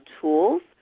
tools